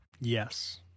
Yes